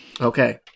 okay